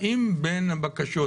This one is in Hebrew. האם בין הבקשות,